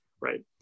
right